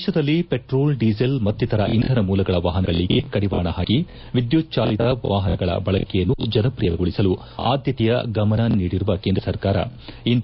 ದೇಶದಲ್ಲಿ petrol diesel ಮಕ್ತಿತರ ಇಂಧನ ಮೂಲಗಳ ವಾಹನಗಳಿಗೆ ಕಡಿವಾಣ ಪಾಕಿ ವಿದ್ಯುಚ್ಚಾಲಿತ ವಾಹನಗಳ ಬಳಕೆಯನ್ನು ಜನಪ್ರಿಯಗೊಳಿಸಲು ಆದ್ದತೆಯ ಗಮನ ನೀಡಿರುವ ಕೇಂದ್ರ ಸರ್ಕಾರ ಇಂದು